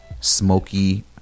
smoky